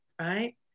right